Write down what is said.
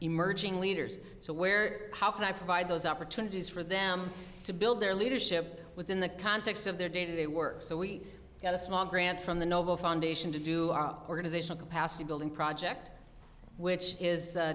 emerging leaders so where how can i provide those opportunities for them to build their leadership within the context of their day to day work so we get a small grant from the noble foundation to do our organizational capacity building project which is